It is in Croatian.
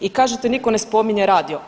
I kažete nitko ne spominje Radio.